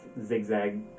zigzag